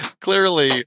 Clearly